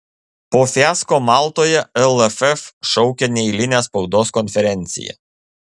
po fiasko maltoje lff šaukia neeilinę spaudos konferenciją